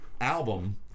album